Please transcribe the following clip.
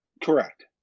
Correct